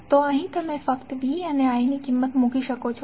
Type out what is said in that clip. તો અહીં તમે સરળ રીતે V અને I ની કિંમત મૂકી શકો છો